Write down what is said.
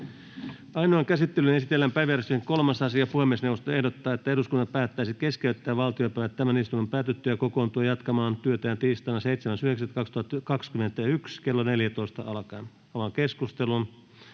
Ainoaan käsittelyyn esitellään päiväjärjestyksen 3. asia. Puhemiesneuvosto ehdottaa, että eduskunta päättäisi keskeyttää valtiopäivät tämän istunnon päätyttyä sekä kokoontua jatkamaan työtään tiistaina 7.9.2021 kello 14 alkaen. — Avaan keskustelun.